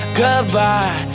goodbye